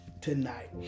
tonight